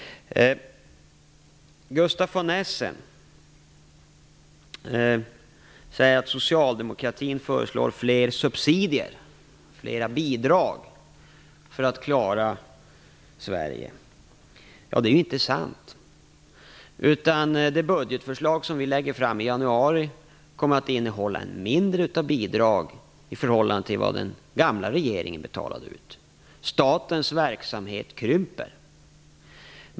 Gustaf von Essen säger att socialdemokratin föreslår fler subsidier, flera bidrag, för att klara Sverige. Det är inte sant. Det budgetförslag vi lägger fram i januari kommer att innehålla mindre av bidrag än vad den gamla regeringen betalade ut. Statens verksamhet krymper.